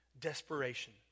desperation